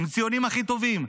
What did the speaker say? עם ציונים הכי טובים.